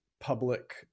public